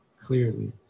clearly